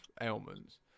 ailments